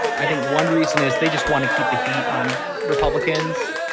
i think one reason is they just want to keep the heat on republicans.